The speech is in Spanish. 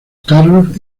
carlos